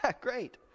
Great